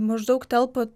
maždaug telpa